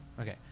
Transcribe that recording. Okay